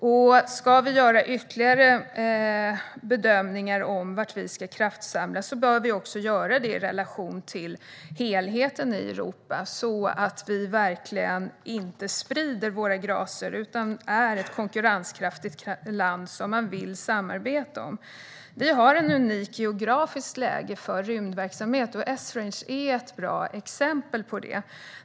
Om vi ska göra ytterligare bedömningar av var vi ska kraftsamla bör vi göra detta i relation till helheten i Europa så att vi inte sprider våra gracer utan är ett konkurrenskraftigt land som man vill samarbeta med. Vi har ett unikt geografiskt läge för rymdverksamhet, vilket Esrange är ett bra exempel på.